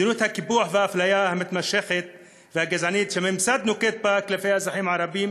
מדיניות הקיפוח והאפליה המתמשכת והגזענית שהממסד נוקט כלפי האזרחים הערבים